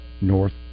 North